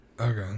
Okay